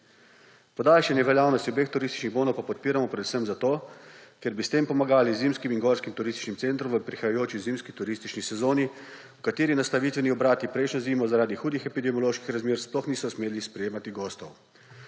Podaljšanje veljavnosti obeh turističnih bonov pa podpiramo predvsem zato, ker bi s tem pomagali zimskim in gorskim turističnim centrom v prihajajoči zimski turistični sezoni, v kateri nastanitveni obrati prejšnjo zimo zaradi hudih epidemioloških razmer sploh niso smeli sprejemati gostov.